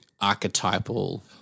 archetypal